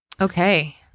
Okay